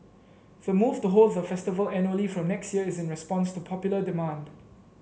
the move to hold the festival annually from next year is in response to popular demand